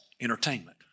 entertainment